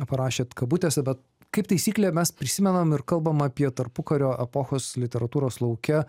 parašėt kabutėse bet kaip taisyklė mes prisimenam ir kalbam apie tarpukario epochos literatūros lauke